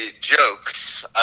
jokes